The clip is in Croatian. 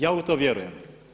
Ja u to vjerujem.